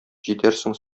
җитәрсең